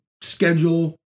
schedule